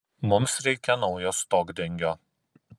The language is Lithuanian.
mums reikia naujo stogdengio